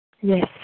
Yes